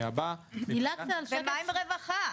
ומה עם רווחה?